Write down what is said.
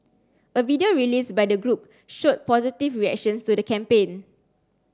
a video released by the group showed positive reactions to the campaign